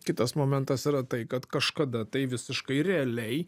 kitas momentas yra tai kad kažkada tai visiškai realiai